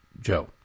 Joe